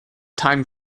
time